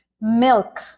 milk